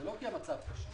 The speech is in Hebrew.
ולא כי המצב קשה,